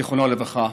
זיכרונו לברכה,